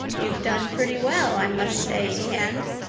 you've done pretty well, i must say, anne,